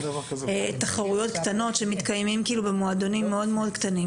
תחרויות קטנות שמתקיימות במועדונים מאוד קטנים,